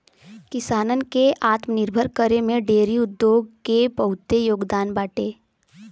किसानन के आत्मनिर्भर करे में डेयरी उद्योग के बहुते योगदान बाटे